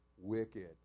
wicked